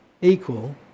equal